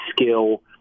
skill